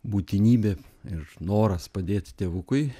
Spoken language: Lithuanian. būtinybė ir noras padėti tėvukui